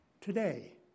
today